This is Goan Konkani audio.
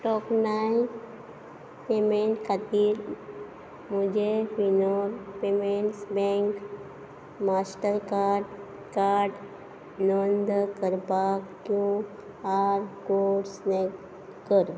तोखणाय पेमेंट खातीर म्हजें विनो पेमेंट्स बँक मास्टरकार्ड कार्ड नोंद करपाक क्यू आर कोड स्कॅन कर